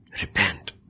Repent